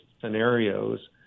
scenarios